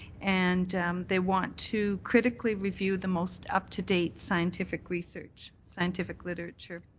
and they want to critically review the most up to date scientific research, scientific literature,